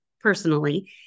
personally